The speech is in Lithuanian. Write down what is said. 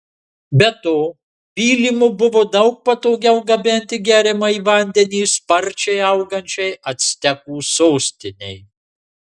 be to pylimu buvo daug patogiau gabenti geriamąjį vandenį sparčiai augančiai actekų sostinei